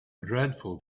dreadful